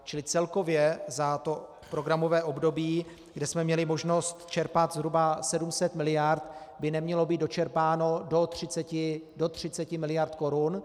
Čili celkově za programové období, kdy jsme měli možnost čerpat zhruba 700 miliard by nemělo být dočerpáno do 30 miliard korun.